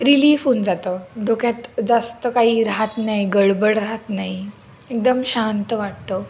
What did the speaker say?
relief होऊन जातं डोक्यात जास्त काही राहत नाही गडबड राहत नाही एकदम शांत वाटतं